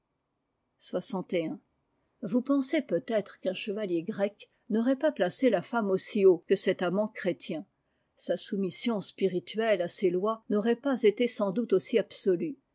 vous pensez peut-être qu'un chevalier grec n'aurait pas placé la femme aussi haut que cet amant chrétien sa soumission spirituelle à ses lois n'aurait pas été sans doute aussi absolue